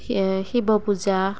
Shiva Puja